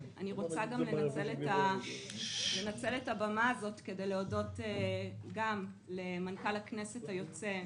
אני רוצה לנצל את הבמה הזאת בכדי להודות למנכ"ל הכנסת היוצא,